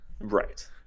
Right